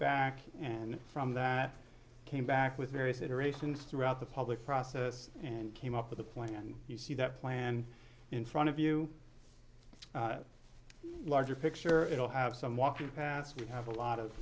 back and from that came back with various iterations throughout the public process and came up with a plan and you see that plan in front of you larger picture it will have some walking past we have a lot of